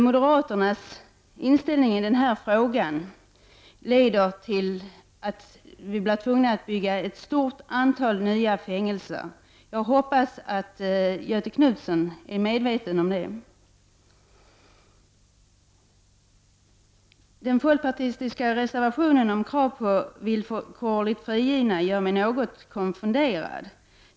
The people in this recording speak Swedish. Moderaternas inställning i denna fråga leder till att vi skulle bli tvungna att bygga ett stort antal nya fängelser. Jag hoppas att Göthe Knutson är medveten om detta. Den folkpartistiska reservationen om krav på villkorligt frigivna gör mig något konfunderad.